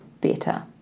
better